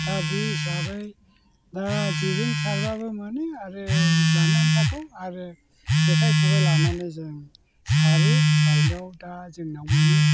दा बे हिसाबै दा जेजों सारबाबो मोनो आरो जानो आन्थाखौ आरो जेखाइ खबाइ लानानै जों सारो सारनायाव दा जोंनाव मोनो